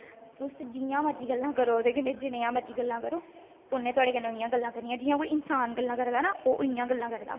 तुस जि'यां मर्जी गल्लां करो ओह्दे कन्नै जनेहियां मर्जी गल्लां करो उ'नें थुआढ़े कन्नै उऐ जेही गल्लां करनियां जि'यां कोई इंसान गल्लां करदा ना ओह् इ'यां गल्लां करदा